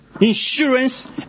insurance